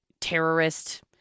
terrorist